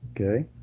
okay